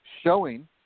showing